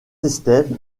estève